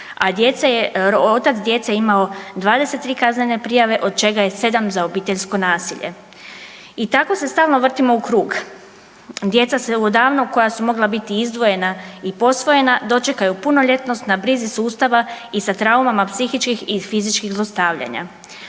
a otac djece imao 23 kaznene prijave od čega je 7 za obiteljsko nasilje. I tako se stalno vrtimo u krug. Djeca se odavno koja su mogla biti izdvojena i posvojena dočekaju punoljetnost na brizi sustava i sa traumama psihičkih i fizičkih zlostavljanja.